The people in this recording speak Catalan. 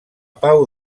pau